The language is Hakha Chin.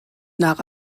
nak